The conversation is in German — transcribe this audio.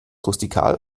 rustikal